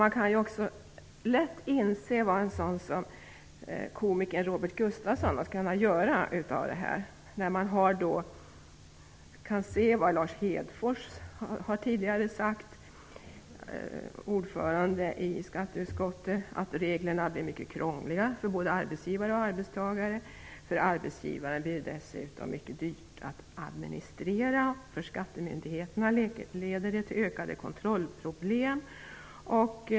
Man kan lätt inse vad en sådan som komikern Robert Gustafsson skulle kunna göra av detta. Lars Hedfors, ordföranden i skatteutskottet, har tidigare sagt att reglerna kommer att bli mycket krångliga för både arbetsgivare och arbetstagare. För arbetsgivaren blir systemet dessutom mycket dyrt att administrera, och för skattemyndigheterna leder det till ökade kontrollproblem.